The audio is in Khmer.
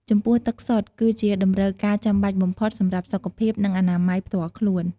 ចំពោះទឹកសុទ្ធ គឺជាតម្រូវការចាំបាច់បំផុតសម្រាប់សុខភាព និងអនាម័យផ្ទាល់ខ្លួន។